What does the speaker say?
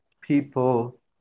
people